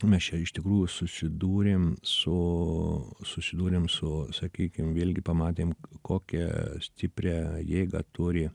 mes čia iš tikrųjų susidūrėm su susidūrėm su sakykim vėlgi pamatėm kokią stiprią jėgą turi